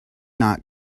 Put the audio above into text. not